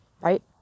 right